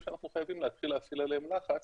שאנחנו חייבים להתחיל להפעיל עליהם לחץ